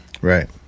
Right